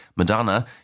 Madonna